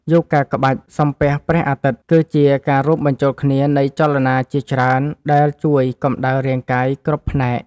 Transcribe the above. យូហ្គាក្បាច់ សំពះព្រះអាទិត្យ គឺជាការរួមបញ្ចូលគ្នានៃចលនាជាច្រើនដែលជួយកម្ដៅរាងកាយគ្រប់ផ្នែក។